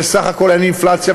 ובסך הכול אין אינפלציה,